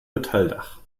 metalldach